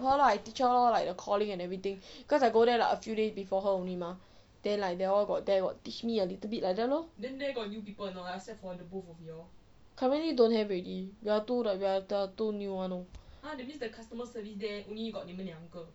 her lah I teach her lor like the calling and everything cause I go there like a few days before her only mah then like they all got there got teach me a little bit like that lor currently don't have already we are the two new one lor